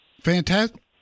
Fantastic